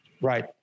right